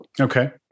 Okay